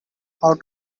out